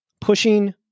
Pushing